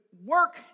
Work